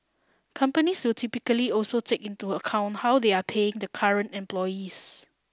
companies will typically also take into account how they are paying the current employees